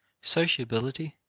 sociability,